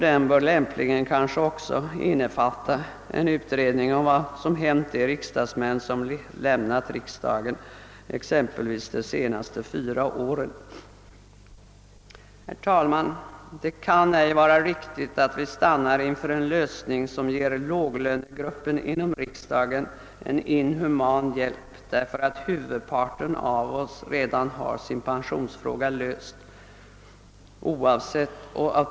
Denna bör kanske också lämpligen innefatta en utredning om vad som hänt de riksdagsmän som lämnat riksdagen, exempelvis under de senaste fyra åren. Herr talman! Det kan ej vara riktigt att vi stannar inför en lösning som ger »låglönegruppen» inom riksdagen en inhuman hjälp, därför att huvudparten av oss redan har sin pensionsfråga löst.